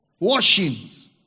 Washings